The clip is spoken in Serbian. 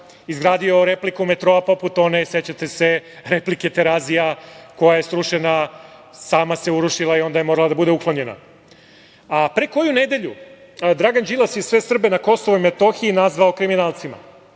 izgradio repliku metroa poput one, sećate se, replike Terazija koja je srušena, sama se urušila i onda je morala da bude uklonjena. Pre koju nedelju Dragan Đilas je sve Srbe na Kosovu i Metohiji nazvao kriminalcima.